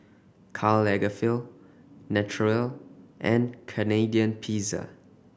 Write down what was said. Karl Lagerfeld Naturel and Canadian Pizza